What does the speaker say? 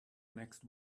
next